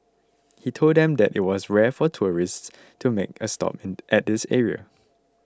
he told them that it was rare for tourists to make a stop at this area